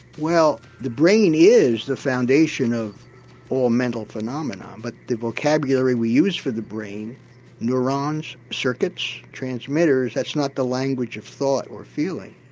well the brain is the foundation of all mental phenomenon but the vocabulary we use for the brain neurons, circuits, transmitters that's not the language of thought or feeling.